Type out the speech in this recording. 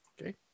Okay